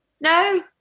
no